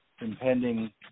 impending